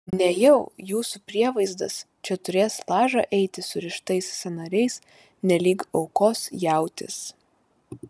nejau jūsų prievaizdas čia turės lažą eiti surištais sąnariais nelyg aukos jautis